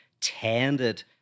tended